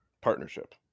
Partnership